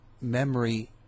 memory